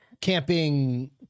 Camping